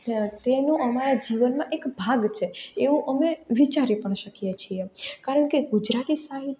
તેનું અમારા જીવનમાં એક ભાગ છે એવું અમે વિચારી પણ શકીએ છીએ કારણ કે ગુજરાતી સાહિત્ય